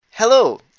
Hello